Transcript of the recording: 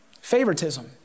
Favoritism